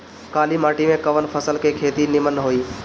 काली माटी में कवन फसल के खेती नीमन होई?